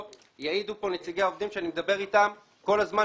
יעידו כאן נציגי העובדים שאני מדבר אתם כל הזמן